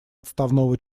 отставного